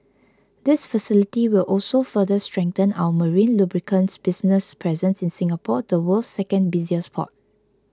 this facility will also further strengthen our marine lubricants business's presence in Singapore the world's second busiest port